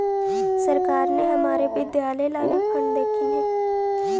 सरकार ने हमारे विद्यालय ला भी फण्ड देलकइ हे